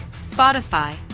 Spotify